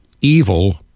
evil